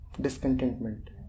Discontentment